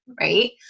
right